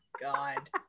God